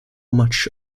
much